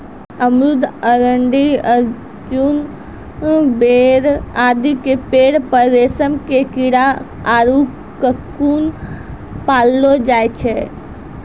अमरूद, अरंडी, अर्जुन, बेर आदि के पेड़ पर रेशम के कीड़ा आरो ककून पाललो जाय छै